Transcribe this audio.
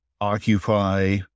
occupy